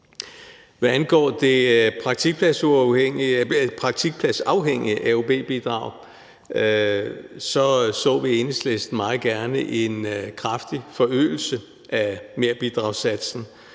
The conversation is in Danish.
Hvad angår det praktikpladsafhængige AUB-bidrag, så vi i Enhedslisten meget gerne en kraftig forøgelse af merbidragssatsen,